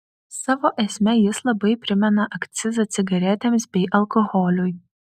savo esme jis labai primena akcizą cigaretėms bei alkoholiui